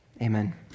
Amen